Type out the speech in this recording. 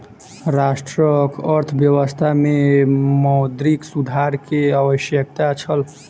राष्ट्रक अर्थव्यवस्था में मौद्रिक सुधार के आवश्यकता छल